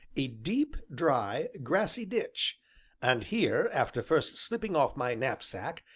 a deep, dry, grassy ditch and here, after first slipping off my knapsack,